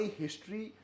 history